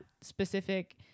specific